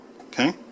Okay